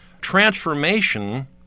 transformation